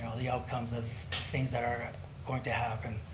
um the outcomes of things that are going to happen.